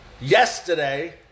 yesterday